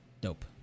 dope